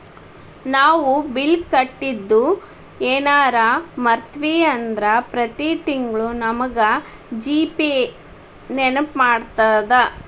ನಾವು ಬಿಲ್ ಕಟ್ಟಿದ್ದು ಯೆನರ ಮರ್ತ್ವಿ ಅಂದ್ರ ಪ್ರತಿ ತಿಂಗ್ಳು ನಮಗ ಜಿ.ಪೇ ನೆನ್ಪ್ಮಾಡ್ತದ